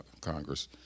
Congress